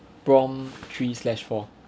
prompt three slash four